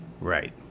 Right